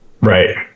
right